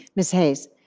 ms. hayes?